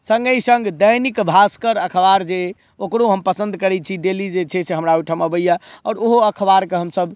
सङ्गहि सङ्ग दैनिक भाष्कर अखबार जे अहि ओकरो हम पसन्द करै छी डेली जे चाही से हमरा ओहिठाम अबैया आओर ओहो अखबारकेँ हमसभ